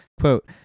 Quote